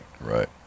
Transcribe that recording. Right